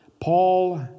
Paul